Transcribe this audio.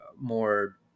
more